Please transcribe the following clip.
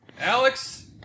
Alex